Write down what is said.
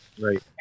Right